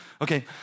Okay